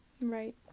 Right